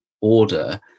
order